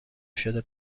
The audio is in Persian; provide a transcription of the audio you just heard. شده